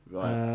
Right